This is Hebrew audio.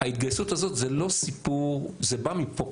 ההתגייסות הזאת זה לא סיפור, זה בא מפה,